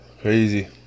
crazy